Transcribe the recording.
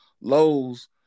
Lowe's